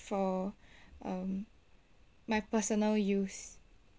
for um my personal use